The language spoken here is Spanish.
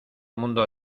mundo